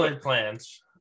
plans